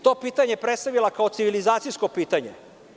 To pitanje je predstavila kao civilizacijsko pitanje.